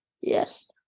Yes